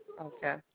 Okay